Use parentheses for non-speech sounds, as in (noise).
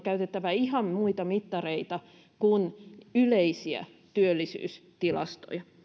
(unintelligible) käytettävä ihan muita mittareita kuin yleisiä työllisyystilastoja